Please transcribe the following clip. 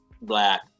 black